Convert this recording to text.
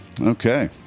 Okay